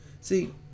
See